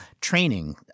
training